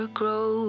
grow